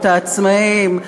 העצמאים,